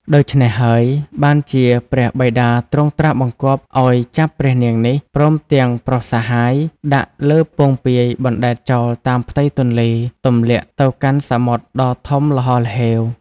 ដូច្នេះហើយ បានជាព្រះបិតាទ្រង់ត្រាស់បង្គាប់ឲ្យចាប់ព្រះនាងនេះ ព្រមទាំងប្រុសសាហាយ ដាក់លើពោងពាយបណ្ដែតចោលតាមផ្ទៃទន្លេ ទម្លាក់ទៅកាន់សមុទ្រដ៏ធំល្ហល្ហេវ។